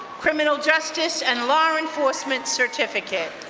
criminal justice and law enforcement certificate.